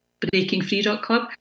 breakingfree.club